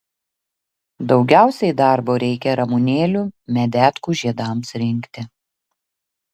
daugiausiai darbo reikia ramunėlių medetkų žiedams rinkti